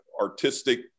artistic